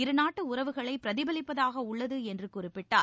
இருநாட்டு உறவுகளை பிரதிபலிப்பதாக உள்ளது என்று குறிப்பிட்டார்